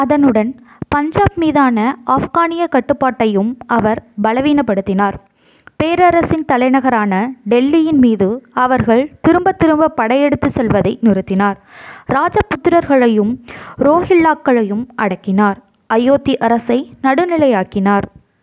அதனுடன் பஞ்சாப் மீதான ஆஃப்கானியக் கட்டுப்பாட்டையும் அவர் பலவீனப்படுத்தினார் பேரரசின் தலைநகரான டெல்லியின் மீது அவர்கள் திரும்பத் திரும்ப படையெடுத்துச் செல்வதை நிறுத்தினார் ராஜபுத்திரர்களையும் ரோஹில்லாக்களையும் அடக்கினார் அயோத்தி அரசை நடுநிலையாக்கினார்